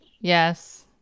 Yes